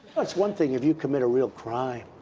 is one thing if you commit a real crime.